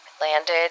landed